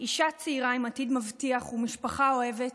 אישה צעירה עם עתיד מבטיח ומשפחה אוהבת